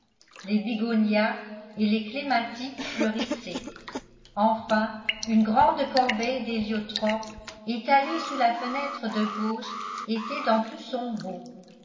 les bignonias et les clématites fleurissaient enfin une grande corbeille d'héliotropes étalée sous la fenêtre de gauche était dans tout son beau